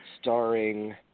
starring